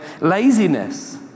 Laziness